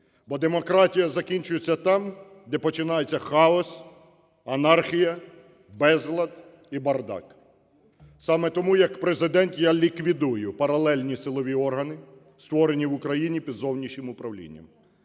бо демократія закінчується там, де починається хаос, анархія, безлад і бардак. Саме тому як Президент я ліквідую паралельні силові органи, створені в Україні під зовнішнім управлінням.